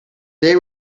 they